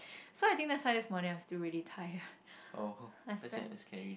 so I think that's why this morning I was still really tired I spent